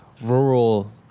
rural